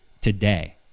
today